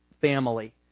family